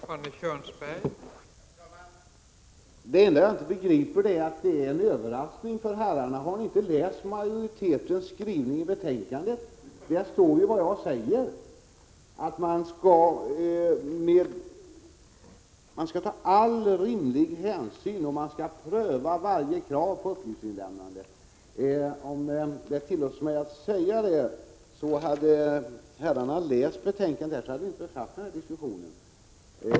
Fru talman! Det enda jag inte begriper är att detta är en överraskning för herrarna. Har ni inte läst majoritetens skrivning i betänkandet? Där står ju det jag säger, att man skall ta all rimlig hänsyn och pröva varje krav på uppgiftsinlämnande. Om det tillåts mig, vill jag säga att hade herrarna läst betänkandet hade vi inte behövt ta den här diskussionen.